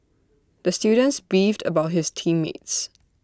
the students beefed about his team mates